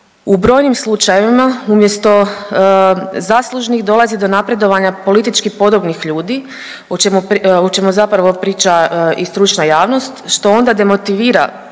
U brojnim slučajevima umjesto zaslužnih dolazi do napredovanja politički podobnih ljudi o čemu, o čemu zapravo priča i stručna javnost što onda demotivira